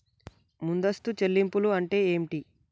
ముందస్తు చెల్లింపులు అంటే ఏమిటి?